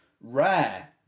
Rare